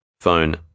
phone